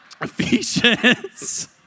Ephesians